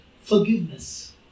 forgiveness